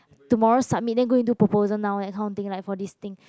tomorrow submit then go and do proposal now that kind thing like for this thing